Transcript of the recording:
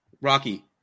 Rocky